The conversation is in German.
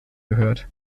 gehört